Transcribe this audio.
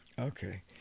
Okay